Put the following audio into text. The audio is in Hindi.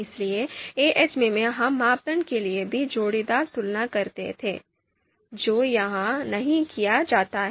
इसलिए एएचपी में हम मापदंड के लिए भी जोड़ीदार तुलना करते थे जो यहां नहीं किया जाता है